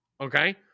Okay